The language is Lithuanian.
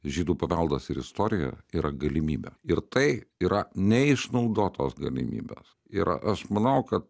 žydų paveldas ir istorija yra galimybė ir tai yra neišnaudotos galimybės ir aš manau kad